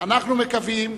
אנחנו מקווים